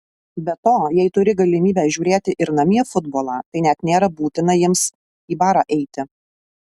be to jei turi galimybę žiūrėti ir namie futbolą tai net nėra būtina jiems į barą eiti